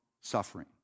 suffering